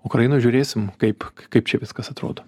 ukrainoj žiūrėsim kaip kaip čia viskas atrodo